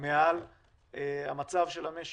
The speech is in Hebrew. מעל המצב של המשק.